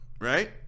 right